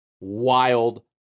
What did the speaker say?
Wild